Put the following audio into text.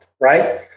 right